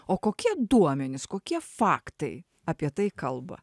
o kokie duomenys kokie faktai apie tai kalba